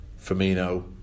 Firmino